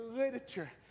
literature